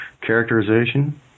characterization